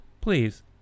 please